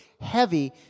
heavy